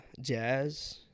jazz